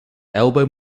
elbowed